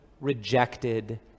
rejected